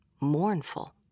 mournful